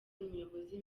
umuyobozi